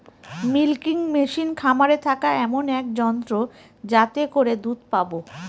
milking machine খামারে থাকা এমন এক যন্ত্র যাতে করে দুধ পাবো